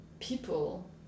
people